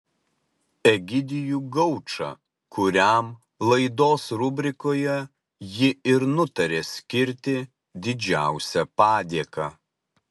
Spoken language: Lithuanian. egidijų gaučą kuriam laidos rubrikoje ji ir nutarė skirti didžiausią padėką